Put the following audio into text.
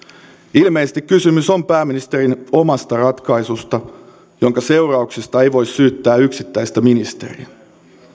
ilmeisesti kysymys on pääministerin omasta ratkaisusta jonka seurauksista ei voi syyttää yksittäistä ministeriä